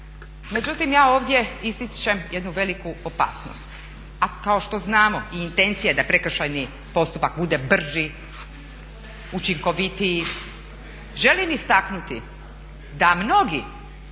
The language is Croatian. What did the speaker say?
međutim ja ovdje ističem jednu veliku opasnost. Kao što znamo i intencija je da prekršajni postupak bude brži, učinkovitiji, želim istaknuti da mnogi